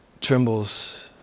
trembles